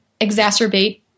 exacerbate